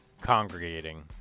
congregating